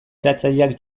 eratzaileak